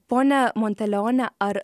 ponia monteleone ar